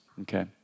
Okay